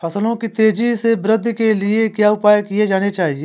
फसलों की तेज़ी से वृद्धि के लिए क्या उपाय किए जाने चाहिए?